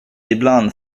ibland